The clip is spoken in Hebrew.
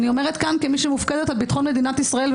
אני אומרת כאן כמי שמופקדת על ביטחון מדינת ישראל.